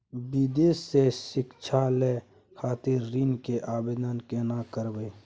विदेश से शिक्षा लय खातिर ऋण के आवदेन केना करबे?